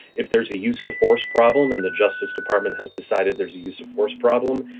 if there's a use of force problem in the justice department has decided there's a use of force problem,